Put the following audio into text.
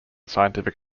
scientific